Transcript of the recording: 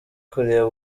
kureba